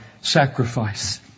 sacrifice